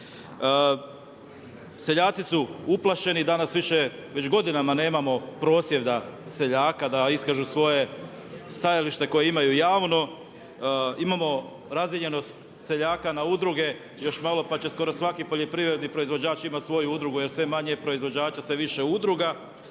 Seljaci su uplašeni, danas više već godinama nemamo prosvjeda seljaka da iskažu svoje stajalište koje imaju javno. Imamo razdijeljenost seljaka na udruge, još malo pa će skoro svaki poljoprivredni proizvođač imati svoju udrugu jer sve je manje proizvođača, sve više udruga.